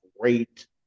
great